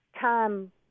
time